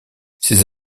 ces